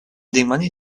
dimoni